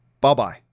bye-bye